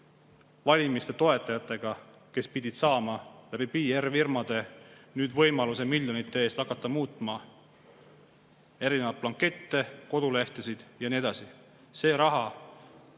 valimiste toetajatega, kes pidid saama läbi PR‑firmade nüüd võimaluse miljonite eest hakata muutma erinevaid blankette, kodulehti ja nii edasi. See raha